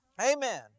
Amen